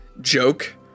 joke